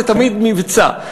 זה תמיד מבצע.